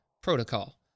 Protocol